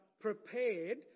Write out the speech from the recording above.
prepared